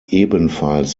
ebenfalls